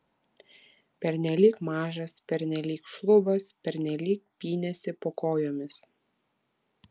pernelyg mažas pernelyg šlubas pernelyg pynėsi po kojomis